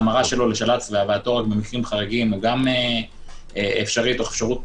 המרה שלו לשל"צ להבאתו במקרים חריגים הוא גם אפשרי תוך אפשרות